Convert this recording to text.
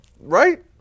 Right